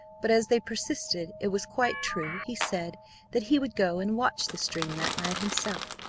but as they persisted it was quite true, he said that he would go and watch the stream that night himself.